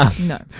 No